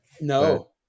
No